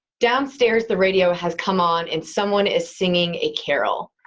downstairs the radio has come on and someone is singing a carol.